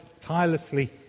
tirelessly